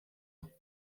ans